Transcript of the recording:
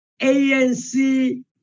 ANC